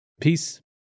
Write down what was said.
Peace